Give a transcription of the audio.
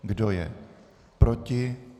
Kdo je proti?